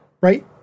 right